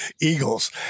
Eagles